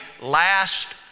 last